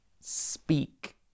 speak